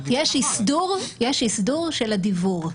יש אסדור של הדיוור.